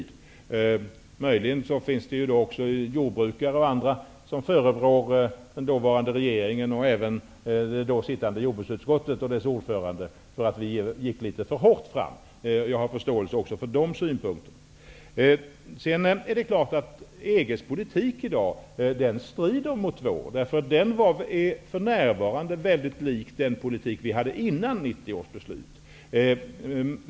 Det finns möjligen jordbrukare och andra som förebrår den dåvarande regeringen och även det då sittande jordbruksutskottet och dess ordförande för att man gick litet för hårt fram. Jag har förståelse också för dessa synpunkter. EG:s politik strider mot vår. Den är för närvarande väldigt lik den politik som vi i Sverige hade innan 1990 års beslut.